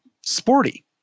sporty